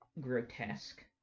grotesque